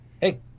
hey